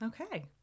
Okay